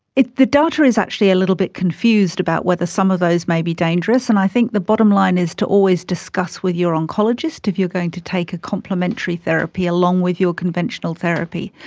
the data is actually a little bit confused about whether some of those may be dangerous, and i think the bottom line is to always discuss with your oncologist if you're going to take a complimentary therapy along with your conventional therapy.